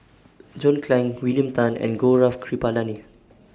John Clang William Tan and Gaurav Kripalani